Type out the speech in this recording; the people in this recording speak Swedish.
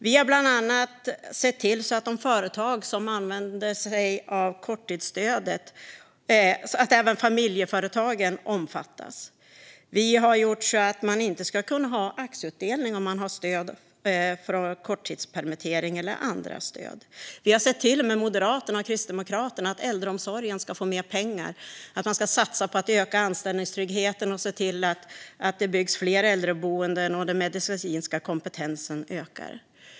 Vi har bland annat sett till att de företag som kan använda sig av korttidsstödet även ska omfatta familjeföretag. Vi har gjort så att man inte ska kunna ha aktieutdelning om man har stöd för korttidspermittering eller andra stöd. Vi har tillsammans med Moderaterna och Kristdemokraterna sett till att äldreomsorgen ska få mer pengar, att man ska satsa på att öka anställningstryggheten, se till att det byggs fler äldreboenden och att den medicinska kompetensen ökar.